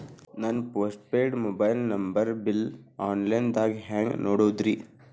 ನನ್ನ post paid mobile number bill, online ದಾಗ ಹ್ಯಾಂಗ್ ನೋಡೋದ್ರಿ?